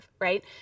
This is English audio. right